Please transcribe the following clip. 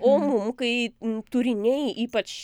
o mum kai turiniai ypač